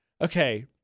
okay